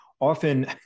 often